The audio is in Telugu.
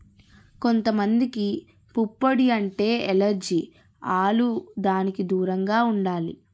కొంత మందికి పుప్పొడి అంటే ఎలెర్జి ఆల్లు దానికి దూరంగా ఉండాలి